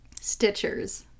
Stitchers